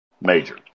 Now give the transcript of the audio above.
major